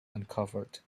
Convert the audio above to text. uncovered